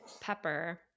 Pepper